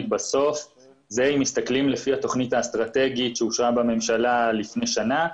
אם מסתכלים לפי התכנית האסטרטגית שאושרה בממשלה לפני שנה,